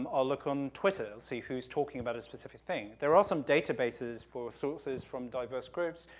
um i'll look on twitter, see who's talking about a specific thing. there are some databases for sources from diverse groups,